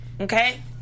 Okay